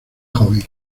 joven